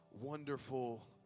Wonderful